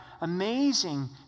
amazing